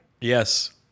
Yes